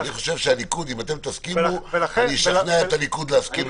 אני חושב שאם אתם תסכימו אני אשכנע את הליכוד להסכים.